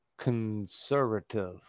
conservative